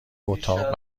اتاق